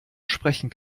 sprechen